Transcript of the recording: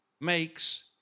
makes